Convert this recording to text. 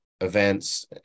events